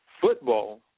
football